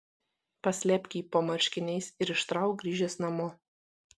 paslėpk jį po marškiniais ir ištrauk grįžęs namo